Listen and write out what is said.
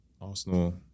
Arsenal